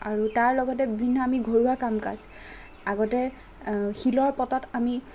আৰু তাৰ লগতে বিভিন্ন আমি ঘৰুৱা কাম কাজ আগতে শিলৰ পতাত আমি